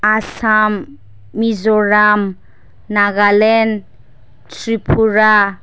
Assam Mizoram Nagaland Tripura